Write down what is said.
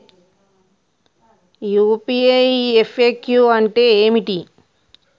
UPI FAQ అంటే ఏమిటి?